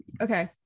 okay